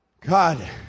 God